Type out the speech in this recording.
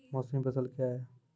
मौसमी फसल क्या हैं?